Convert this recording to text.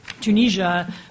Tunisia